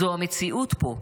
/ זו המציאות פה,